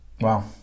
Wow